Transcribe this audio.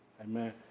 Amen